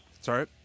Sorry